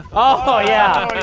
oh yeah,